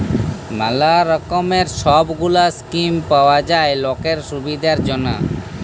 ম্যালা রকমের সব গুলা স্কিম পাওয়া যায় লকের সুবিধার জনহ